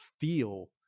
feel